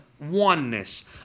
oneness